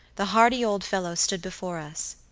the hardy old fellow stood before us.